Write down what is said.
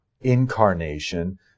incarnation